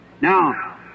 Now